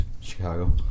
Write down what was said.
Chicago